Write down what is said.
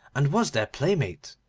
and was their playmate.